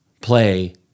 play